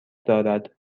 دارد